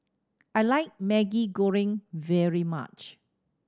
I like Maggi Goreng very much